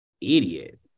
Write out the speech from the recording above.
idiot